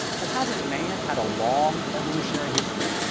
well, hasn't man had a long evolutionary history,